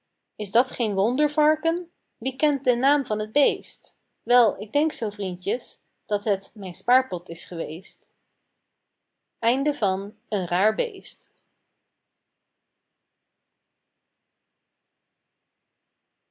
is dat geen wonder varken wie kent den naam van t beest wel k denk zoo vriendjes dat het mijn spaarpot is geweest